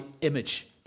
image